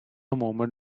moment